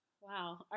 Wow